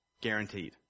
Guaranteed